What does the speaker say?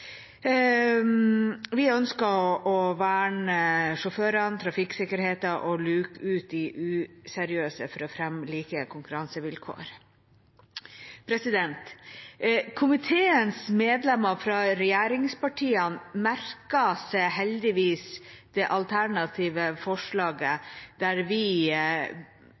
å luke ut de useriøse for å fremme like konkurransevilkår. Komiteens medlemmer fra regjeringspartiene merket seg heldigvis det alternative forslaget der vi